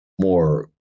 more